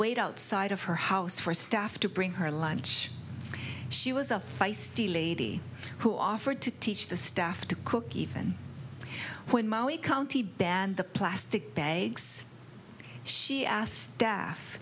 wait outside of her house for staff to bring her lunch she was a feisty lady who offered to teach the staff to cook even when maui county banned the plastic bags she asked staff